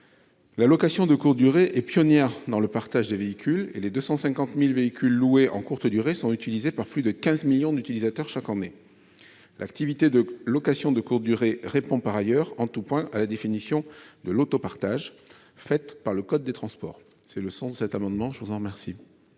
la location de courte durée est pionnière dans le partage des véhicules : les 250 000 véhicules loués en courte durée sont utilisés par plus de 15 millions d'utilisateurs chaque année. Cette activité de location répond par ailleurs, en tout point, à la définition de l'autopartage faite par le code des transports. Quel est l'avis de la commission